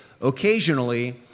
occasionally